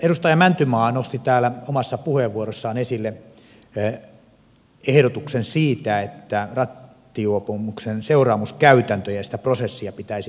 edustaja mäntymaa nosti täällä omassa puheenvuorossaan esille ehdotuksen siitä että rattijuopumuksen seuraamuskäytäntöjä ja sitä prosessia pitäisi muuttaa